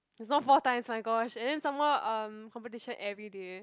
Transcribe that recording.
it's not four times my gosh and then some more um competition everyday eh